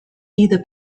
either